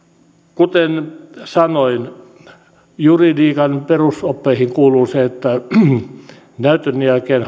kuten sanoin juridiikan perusoppeihin kuuluu se että näytön jälkeen